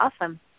awesome